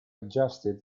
adjusted